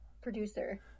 producer